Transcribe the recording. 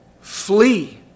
flee